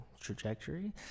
Trajectory